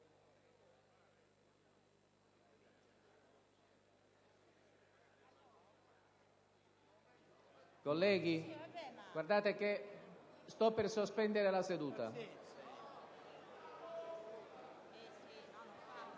Colleghi, guardate che sto per sospendere la seduta.